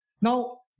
Now